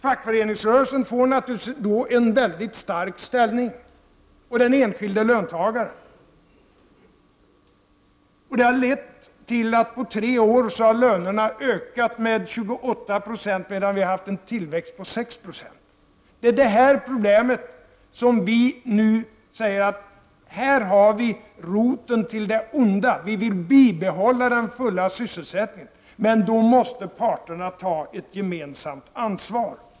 Fackföreningsrörelsen får då naturligtvis en väldigt stark ställning, liksom den enskilde löntagaren. Det har lett till att lönerna på tre år har ökat med 28 Yo medan vi har haft en tillväxt på 6 26. Det är det här problemet som vi anser vara roten till det onda. Vi vill bibehålla den fulla sysselsättningen. Men då måste parterna ta ett gemensamt ansvar.